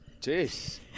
Jeez